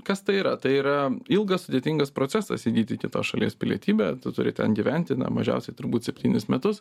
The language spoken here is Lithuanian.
kas tai yra tai yra ilgas sudėtingas procesas įgyti kitos šalies pilietybę tu turi ten gyventi na mažiausiai turbūt septynis metus